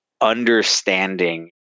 understanding